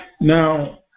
Now